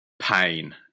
pain